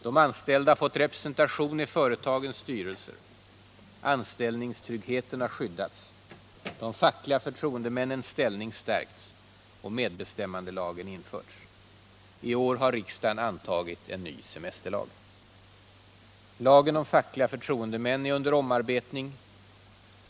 De anställda har fått representation i företagens styrelser, anställningstryggheten har skyddats, de fackliga förtroendemännens ställning har stärkts och medbestämmandelagen har införts. I år har riksdagen antagit en ny semesterlag. Lagen om fackliga förtroendemän är under omarbetning.